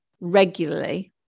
regularly